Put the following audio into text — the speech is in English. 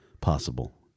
possible